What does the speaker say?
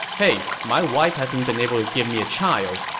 hey my wife hasn't been able to give me a child.